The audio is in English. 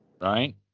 Right